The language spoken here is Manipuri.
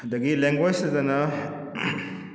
ꯑꯗꯒꯤ ꯂꯦꯡꯒ꯭ꯋꯦꯖꯁꯤꯗꯅ